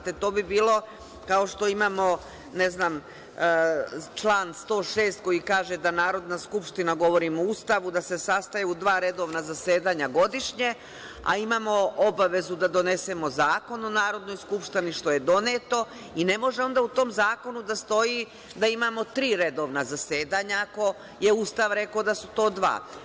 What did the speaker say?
To bi bilo, kao što imamo, ne znam, član 106, koji kaže da Narodna skupština, govorim o Ustavu, da se sastaje u dva redovna zasedanja godišnje, a imamo obavezu da donesemo Zakon o Narodnoj skupštini, što je doneto i ne može onda u tom zakonu da stoji da imamo tri redovna zasedanja, ako je Ustav rekao da su to dva.